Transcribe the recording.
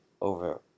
over